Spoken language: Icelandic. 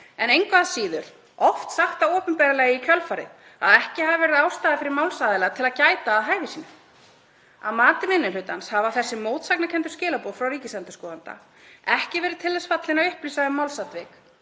en engu að síður oft sagt það opinberlega í kjölfarið að ekki hafi verið ástæða fyrir málsaðila til að gæta að hæfi sínu. Að mati minni hlutans hafa þessi mótsagnakenndu skilaboð frá ríkisendurskoðanda ekki verið til þess fallin að upplýsa um málsatvik